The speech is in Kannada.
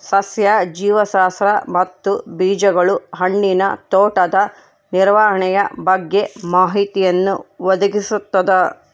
ಸಸ್ಯ ಜೀವಶಾಸ್ತ್ರ ಮತ್ತು ಬೀಜಗಳು ಹಣ್ಣಿನ ತೋಟದ ನಿರ್ವಹಣೆಯ ಬಗ್ಗೆ ಮಾಹಿತಿಯನ್ನು ಒದಗಿಸ್ತದ